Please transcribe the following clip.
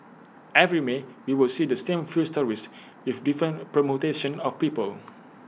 every may we would see the same few stories with different permutations of people